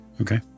Okay